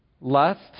lust